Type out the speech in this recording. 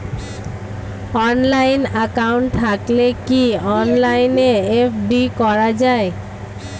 Online account থাকলে কি অনলাইনে এফ.ডি করা যায়?